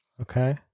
Okay